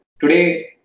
Today